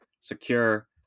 Secure